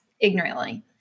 ignorantly